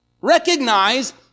Recognize